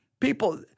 people